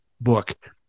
book